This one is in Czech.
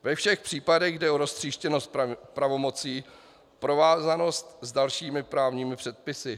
Ve všech případech jde o roztříštěnost pravomocí, provázanost s dalšími právními předpisy.